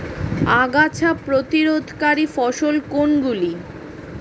আগাছা প্রতিরোধকারী ফসল কোনগুলি?